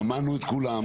שמענו את כולם,